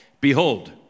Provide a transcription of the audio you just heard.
Behold